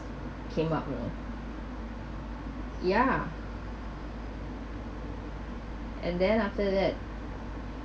came out already ya and then after that